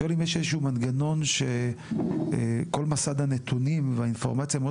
שכל מסד הנתונים והאינפורמציה המאוד